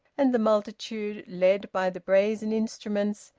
and the multitude, led by the brazen instruments,